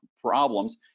problems